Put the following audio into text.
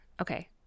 Okay